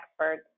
experts